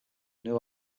new